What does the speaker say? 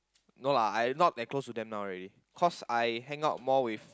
no lah I not that close to them now already cause I hang out more with